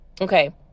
Okay